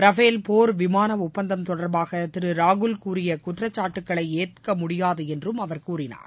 Rafale போர் விமான ஒப்பந்தம் தொடர்பாக திரு ராகுல் கூறிய குற்றச்சாட்டுக்களை ஏற்க முடியாது என்றும் அவர் கூறினார்